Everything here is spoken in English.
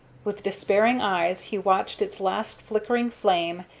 with despairing eyes he watched its last flickering flame,